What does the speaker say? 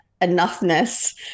enoughness